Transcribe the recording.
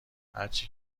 هرچی